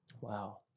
Wow